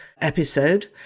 episode